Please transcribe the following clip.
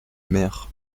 mer